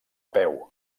peu